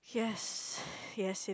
yes yes it